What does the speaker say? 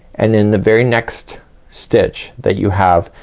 and in the very next stitch that you have,